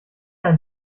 ein